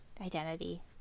identity